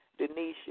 Denisha